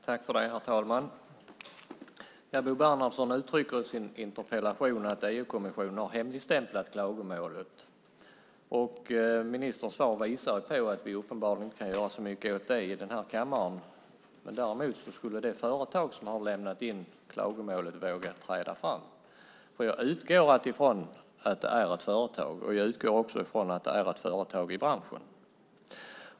Herr talman! Bo Bernhardsson uttrycker i sin interpellation att EU-kommissionen har hemligstämplat klagomålet. Ministerns svar visar på att vi uppenbarligen inte kan göra så mycket åt det i den här kammaren. Däremot skulle det företag som har lämnat in klagomålet våga träda fram. Jag utgår från att det är ett företag, och jag utgår från att det är ett företag i branschen.